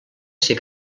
ser